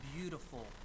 beautiful